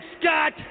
Scott